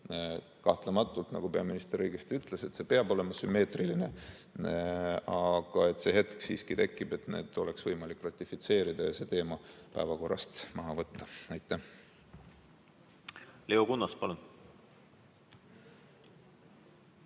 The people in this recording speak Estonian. kahtlematult, nagu peaminister õigesti ütles, see peab olema sümmeetriline –, et neid oleks võimalik ratifitseerida ja see teema päevakorrast maha võtta. Aitäh! Leo Kunnas, palun!